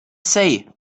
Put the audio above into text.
say